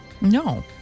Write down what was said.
No